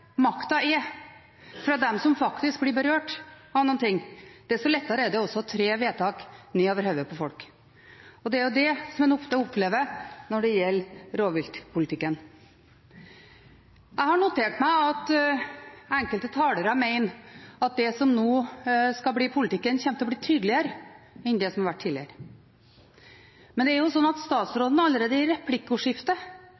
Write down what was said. makta er fra dem som faktisk blir berørt av noe, desto lettere er det også å tre vedtak nedover hodet på folk. Det er det en ofte opplever når det gjelder rovviltpolitikken. Jeg har notert meg at enkelte talere mener at det som nå skal bli politikken, kommer til å bli tydeligere enn det som har vært tidligere. Men det er jo slik at